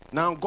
Now